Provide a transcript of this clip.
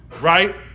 Right